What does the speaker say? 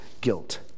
guilt